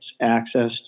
access